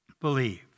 believe